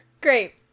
Great